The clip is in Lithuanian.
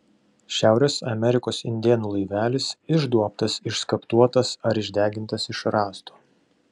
šiaurės amerikos indėnų laivelis išduobtas išskaptuotas ar išdegintas iš rąsto